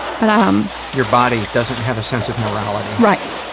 but um your body doesn't have a sense of morality. right.